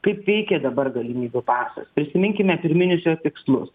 kaip veikia dabar galimybių pasas prisiminkime pirminius jo tikslus